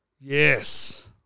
Yes